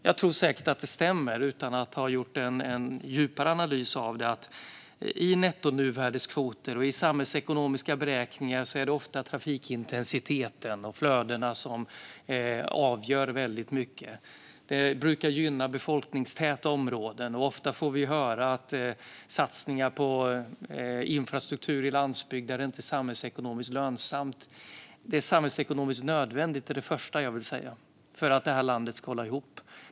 Jag tror säkert att det stämmer - utan att ha gjort en djupare analys av det - att det i nettonuvärdeskvoter och i samhällsekonomiska beräkningar ofta är trafikintensiteten och flödena som avgör väldigt mycket. Det brukar gynna befolkningstäta områden. Ofta får vi höra att satsningar på infrastruktur på landsbygden inte är samhällsekonomiskt lönsamma. Det första jag vill säga är att de är samhällsekonomiskt nödvändiga för att det här landet ska hålla ihop.